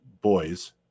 boys